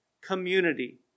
community